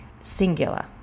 singular